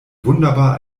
wunderbar